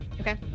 Okay